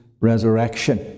resurrection